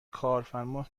کارفرما